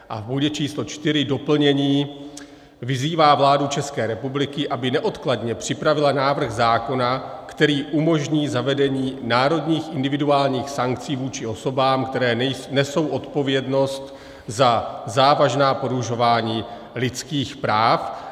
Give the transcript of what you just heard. A v bodě číslo 4 doplnění: vyzývá vládu České republiky, aby neodkladně připravila návrh zákona, který umožní zavedení národních individuálních sankcí vůči osobám, které nesou odpovědnost za závažná porušování lidských práv.